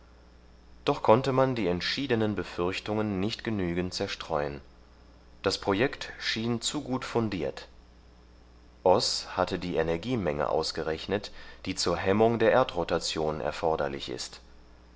doch konnte man die entschiedenen befürchtungen nicht genügend zerstreuen das projekt schien zu gut fundiert oß hatte die energiemenge ausgerechnet die zur hemmung der erdrotation erforderlich ist